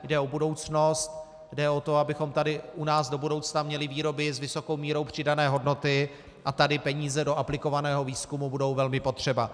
Jde o budoucnost, jde o to, abychom tady u nás do budoucna měli výroby s vysokou mírou přidané hodnoty, a tady peníze do aplikovaného výzkumu budou velmi potřeba.